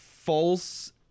false